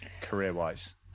career-wise